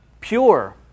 pure